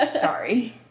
Sorry